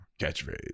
catchphrase